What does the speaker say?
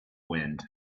wind